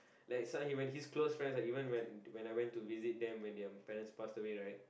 like some of when his close friends like even when I went to visit them when their parents passed away right